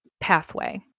Pathway